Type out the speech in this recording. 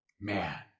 man